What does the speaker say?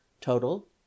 Total